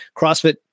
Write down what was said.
CrossFit